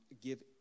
give